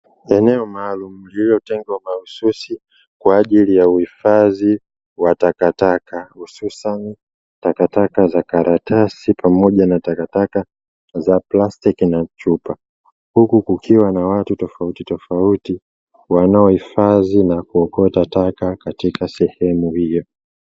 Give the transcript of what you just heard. Eneo maalumu lililotengwa mahususi kwa ajili ya uhifadhi wa takataka, hususani takataka za karatasi plastiki na chupa huku kukiwa na watu tofauti tofauti wanaohifadhi na kuokota taka sehemu hiyo.